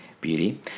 beauty